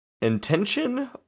intention